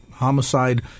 Homicide